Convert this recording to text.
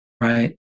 right